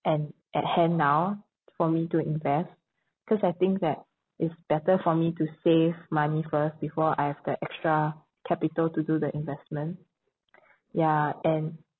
and at hand now for me to invest cause I think that it's better for me to save money first before I have the extra capital to do the investment ya and